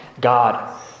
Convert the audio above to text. God